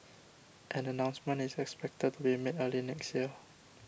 an announcement is expected to be made early next year